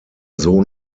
sohn